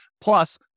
Plus